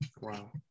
Wow